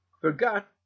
forgot